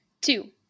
Two